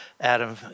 Adam